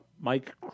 Mike